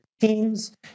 teams